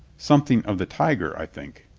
something of the tiger, i think.